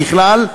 ככלל,